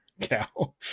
cow